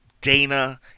Dana